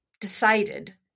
decided